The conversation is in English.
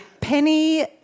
Penny